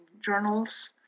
journals